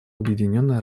объединенные